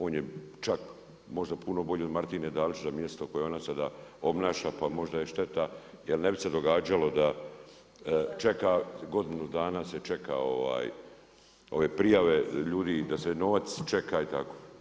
On je čak možda puno bolji od Martine Dalić na mjesto na koje ona sad obnaša, pa možda je šteta, jer ne bi se događalo, da šteta, godinu dana se čeka ove prijave ljudi i da se novac čeka i tako.